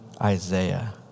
Isaiah